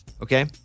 Okay